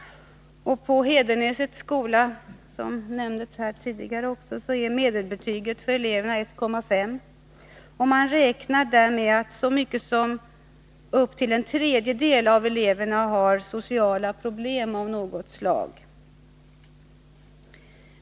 På t.ex. Hedenäsets skola är medelbetyget 1,5 och man räknar där med att så mycket som upp till en tredjedel av eleverna har sociala problem av något slag.